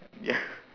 ya